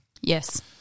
Yes